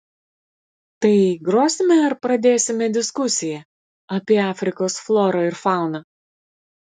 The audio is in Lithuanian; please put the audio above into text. tai grosime ar pradėsime diskusiją apie afrikos florą ir fauną